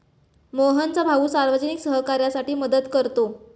मोहनचा भाऊ सार्वजनिक सहकार्यासाठी मदत करतो